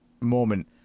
moment